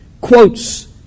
quotes